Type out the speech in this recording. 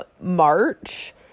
March